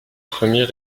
premiers